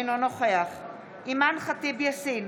אינו נוכח אימאן ח'טיב יאסין,